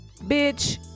bitch